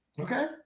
Okay